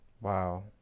Wow